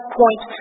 point